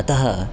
अतः